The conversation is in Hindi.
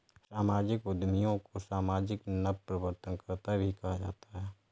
सामाजिक उद्यमियों को सामाजिक नवप्रवर्तनकर्त्ता भी कहा जाता है